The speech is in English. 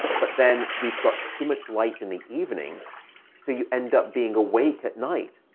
but then we've got too much light in the evening so you end up being awake at night,